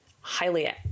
highly